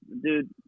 Dude